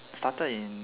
started in